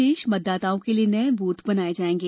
शेष मतदाताओं के लिये नये बूथ बनाए जाएंगे